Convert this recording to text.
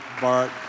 Bart